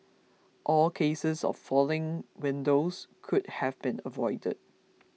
all cases of falling windows could have been avoided